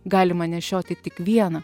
galima nešiot tai tik viena